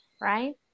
right